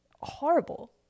horrible